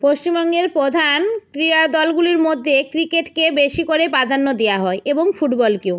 পশ্চিমবঙ্গের প্রধান ক্রীড়াদলগুলির মধ্যে ক্রিকেটকে বেশি করেই প্রাধান্য দেওয়া হয় এবং ফুটবলকেও